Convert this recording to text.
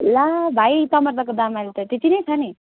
ला भाइ टमाटरको दामहरू त त्यति नै छ नि